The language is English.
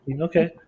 Okay